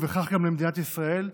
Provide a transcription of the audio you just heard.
ובכך גם למדינת ישראל,